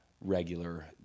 regular